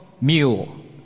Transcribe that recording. mule